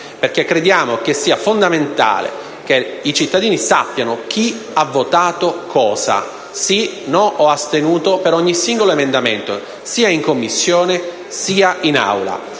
crediamo sia fondamentale che i cittadini sappiano «chi ha votato cosa», sì, no o astenuto, per ogni singolo emendamento, sia in Commissione, sia in Aula.